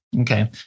Okay